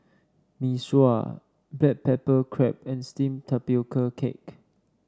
Mee Sua Black Pepper Crab and steamed Tapioca Cake